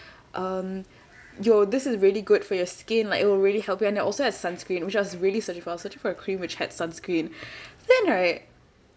um yo this is really good for your skin like it will really help you and it also has sunscreen which I was really searching for I was searching for a cream which had sunscreen then right